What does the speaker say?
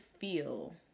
feel